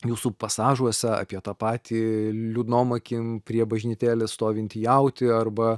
jūsų pasažuose apie tą patį liūdnom akim prie bažnytėlės stovintį jautį arba